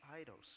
idols